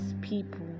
people